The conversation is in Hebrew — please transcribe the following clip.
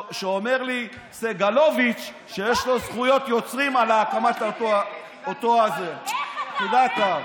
שאומר לי סגלוביץ' שיש לו זכויות יוצרים על הקמת אותה יחידת להב.